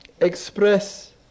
express